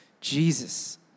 Jesus